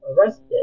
arrested